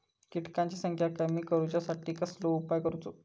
किटकांची संख्या कमी करुच्यासाठी कसलो उपाय करूचो?